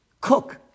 cook